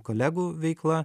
kolegų veikla